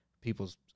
people's